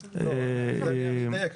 לא, אני אדייק.